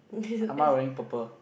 ah ma wearing purple